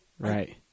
right